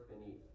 beneath